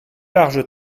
larges